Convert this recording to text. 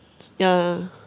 ya